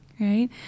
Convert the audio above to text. right